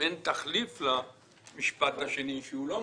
אם אין תחליף למשפט השני שאינו מוסיף,